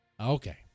Okay